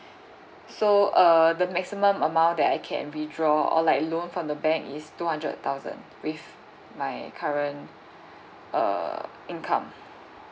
so uh the maximum amount that I can withdraw or like loan from the bank is two hundred thousand with my current err income